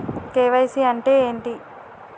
KYC అంటే ఏంటి?